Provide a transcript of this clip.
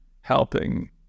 helping